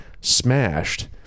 smashed